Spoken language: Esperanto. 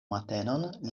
matenon